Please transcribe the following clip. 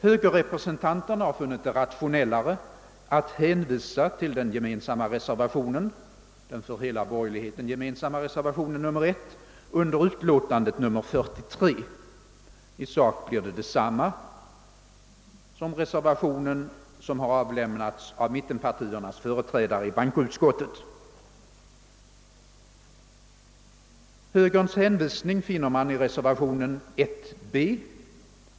Högerrepresentanterna har funnit det rationellare att hänvisa till den för hela borgerligheten gemensamma reservationen 1 vid utlåtandet nr 43. Detta innebär i sak detsamma som den reservation som har avlämnats av mittenpartiernas företrädare i bankoutskottet. Högerns hänvisning finner man i reservationen 1 b.